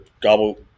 gobble